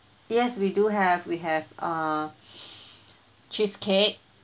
yes we do have we have uh cheesecake